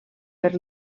per